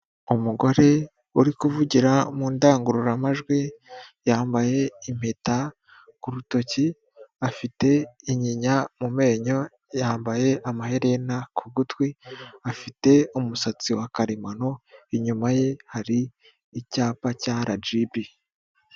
Umugore uri kuvugira mu ndangururamajwi yambaye impeta ku rutoki, afite inyinya mu menyo, yambaye amaherena ku gutwi, afite umusatsi wa karemano, inyuma ye hari icyapa cya RGB.